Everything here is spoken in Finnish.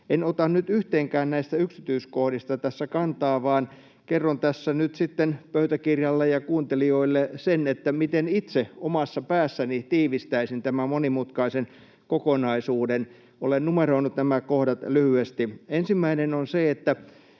En ota nyt yhteenkään näistä yksityiskohdista tässä kantaa, vaan kerron tässä nyt sitten pöytäkirjalle ja kuuntelijoille sen, miten itse omassa päässäni tiivistäisin tämän monimutkaisen kokonaisuuden. Olen numeroinut nämä kohdat lyhyesti. Ensimmäinen on se, että